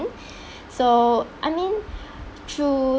so I mean throughout